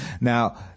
Now